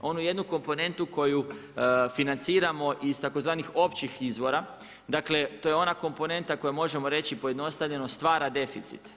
Ono jednu komponentu koju financiramo iz tzv. općih izvora, dakle, to je ona komponenta koju možemo reći, pojednostavljeno stvara deficit.